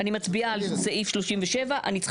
אני מצביעה על סעיף 37,